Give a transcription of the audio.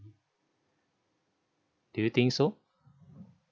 do you think so